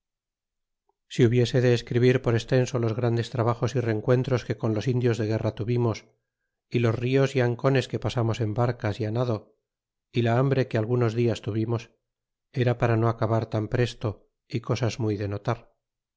si hubiese de escribir por extenso los grandes trabajos y rencuentros que con indios de guerra tuvimos y los nos y ancones que pasamos en barcas y nado y la hambre que algunos dias tuvimos era para no acabar tan presto y cosas muy